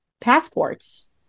passports